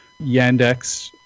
Yandex